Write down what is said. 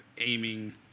aiming